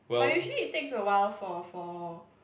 but usually it takes a while for for